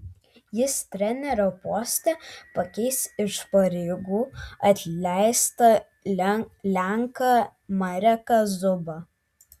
jis trenerio poste pakeis iš pareigų atleistą lenką mareką zubą